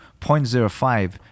0.05